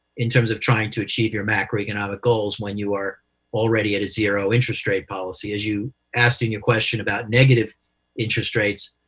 in terms of trying to achieve your macroeconomic goals when you are already at a zero interest rate policy. as you asked in your question about negative interest rates,